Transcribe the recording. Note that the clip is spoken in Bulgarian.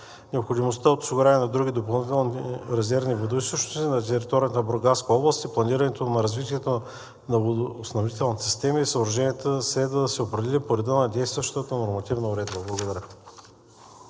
Необходимостта от осигуряване на други допълнителни резервни водоизточници на територията на Бургаска област и планирането на развитието на водоснабдителните системи и съоръженията следва да се определи по реда на действащата нормативна уредба. Благодаря.